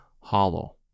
hollow